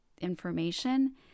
information